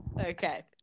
Okay